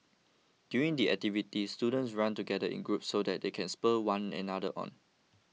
during the activity students run together in groups so that they can spur one another on